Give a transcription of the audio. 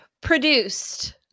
produced